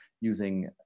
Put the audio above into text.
using